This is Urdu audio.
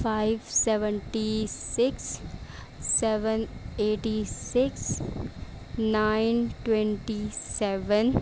five seventy six seven eighty six nine twenty seven